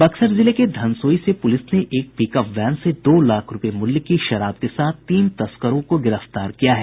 बक्सर जिले के धनसोई से पुलिस ने एक पिकअप वैन से दो लाख रूपये मूल्य की शराब के साथ तीन तस्करों को गिरफ्तार किया है